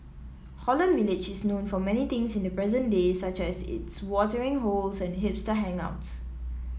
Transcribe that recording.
Holland Village is known for many things in the present day such as its watering holes and hipster hangouts